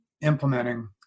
implementing